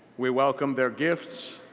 we welcome their gifts,